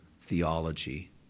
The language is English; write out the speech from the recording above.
theology